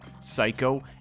Psycho